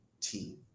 team